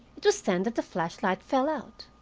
it was then that the flashlight fell out.